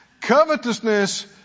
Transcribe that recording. Covetousness